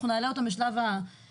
אנחנו נעלה אותן בשלב הדיונים,